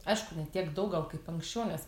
aišku ne tiek daug gal kaip anksčiau nes